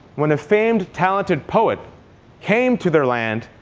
when a famed talented poet came to their land,